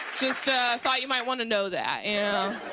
just thought you might want to know that, yeah